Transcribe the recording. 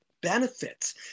benefits